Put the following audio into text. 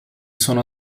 sono